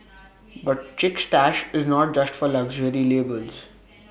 but chic stash is not just for luxury labels